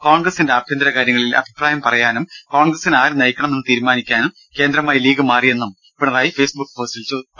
കോൺഗ്രസിന്റെ ആഭ്യന്തര കാര്യങ്ങളിൽ അഭിപ്രായം പറയുവാനും കോൺഗ്രസിനെ ആര് നയിക്കണം എന്ന് തീരുമാനിക്കാൻ കേന്ദ്രമായി ലീഗ് മാറിയോയെന്നും പിണറായി ഫേസ്ബുക്ക് പോസ്റ്റിൽ ചോദിച്ചു